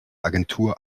agentur